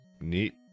neat